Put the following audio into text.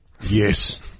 Yes